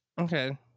Okay